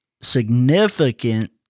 significant